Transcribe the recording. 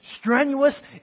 strenuous